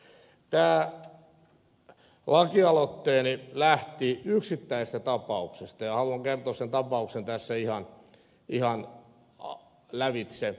tämä lakialoitteeni lähti yksittäisestä tapauksesta ja haluan kertoa sen tapauksen tässä ihan lävitse